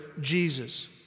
Jesus